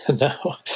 No